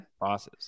bosses